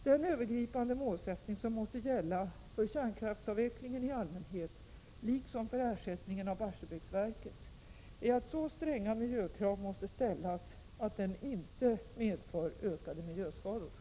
Den övergripande målsättning som måste gälla för kärnkraftsavvecklingen i allmänhet liksom för ersättningen av Barsebäcksverket är att så stränga miljökrav måste ställas att den inte medför ökade miljöskador.